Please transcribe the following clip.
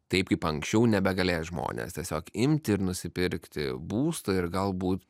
taip kaip anksčiau nebegalės žmonės tiesiog imti ir nusipirkti būstą ir galbūt